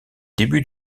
débuts